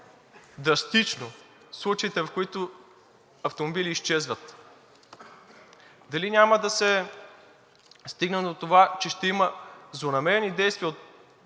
драстично, случаите в които автомобили изчезват? Дали няма да се стигне до това, че ще има злонамерени действия от